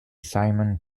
simon